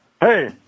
Hey